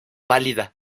válida